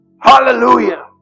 hallelujah